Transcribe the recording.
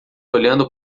olhando